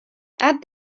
add